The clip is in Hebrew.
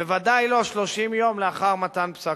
בוודאי לא 30 יום לאחר מתן פסק-הדין.